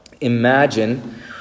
Imagine